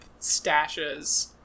stashes